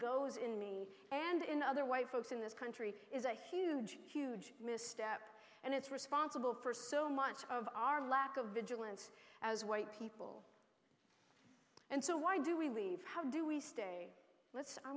goes in me and in other white folks in this country is a huge huge misstep and it's responsible for so much of our lack of vigilance as white people and so why do we leave how do we stay let's i